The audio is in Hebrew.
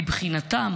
מבחינתם.